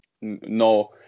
No